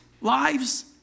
lives